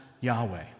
Yahweh